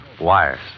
Wires